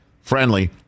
friendly